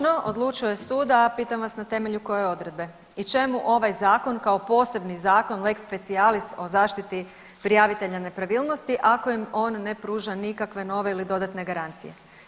Točno, odlučuje sud, a pitam vas na temelju koje odredbe i čemu ovaj zakon kao posebni zakon lex specialis o zaštiti prijavitelja nepravilnosti ako im on pruža nikakve nove ili dodatne garancije.